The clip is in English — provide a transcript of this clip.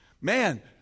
man